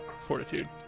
fortitude